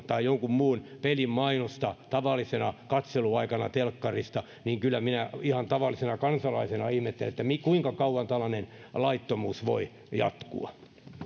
tai jonkun muun pelin mainosta tavallisena katseluaikana telkkarista niin kyllä minä ihan tavallisena kansalaisena ihmettelen kuinka kauan tällainen laittomuus voi jatkua